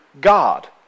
God